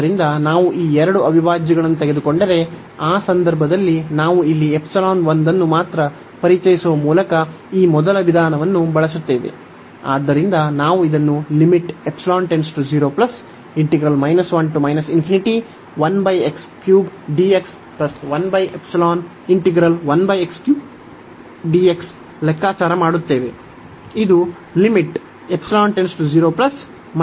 ಆದ್ದರಿಂದ ನಾವು ಈ ಎರಡು ಅವಿಭಾಜ್ಯಗಳನ್ನು ತೆಗೆದುಕೊಂಡರೆ ಆ ಸಂದರ್ಭದಲ್ಲಿ ನಾವು ಇಲ್ಲಿ ಒಂದನ್ನು ಮಾತ್ರ ಪರಿಚಯಿಸುವ ಮೂಲಕ ಈ ಮೊದಲ ವಿಧಾನವನ್ನು ಬಳಸುತ್ತೇವೆ